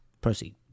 Proceed